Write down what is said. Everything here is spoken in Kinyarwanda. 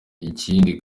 ikindi